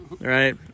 right